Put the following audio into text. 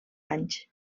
anys